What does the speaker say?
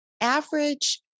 average